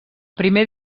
primer